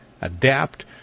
adapt